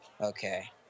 Okay